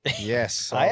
Yes